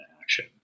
action